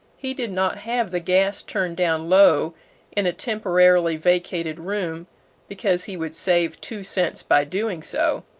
he did not have the gas turned down low in a temporarily vacated room because he would save two cents by doing so,